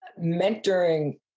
Mentoring